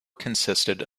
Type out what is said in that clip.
consisted